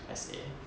S_A